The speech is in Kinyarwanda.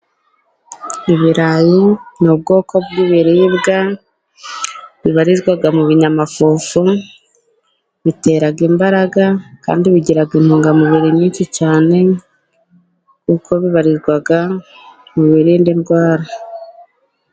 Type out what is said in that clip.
Ibirayi ni ubwoko bw'ibiribwa bibarizwa mu binyamafufu, bitera imbaraga, kandi bigira intungamubiri nyinshi cyane kuko bibarirwa mu birinda indwara.